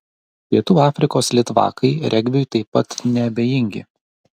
pietų afrikos litvakai regbiui taip pat neabejingi